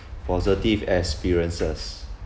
positive experiences